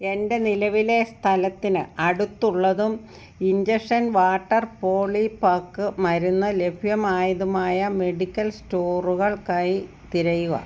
എൻ്റെ നിലവിലെ സ്ഥലത്തിന് അടുത്തുള്ളതും ഇൻജക്ഷൻ വാട്ടർ പോളിപാക്ക് മരുന്ന് ലഭ്യമായതുമായ മെഡിക്കൽ സ്റ്റോറുകൾക്കായി തിരയുക